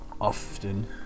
often